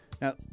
Now